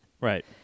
Right